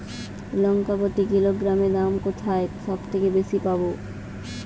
লঙ্কা প্রতি কিলোগ্রামে দাম কোথায় সব থেকে বেশি পাব?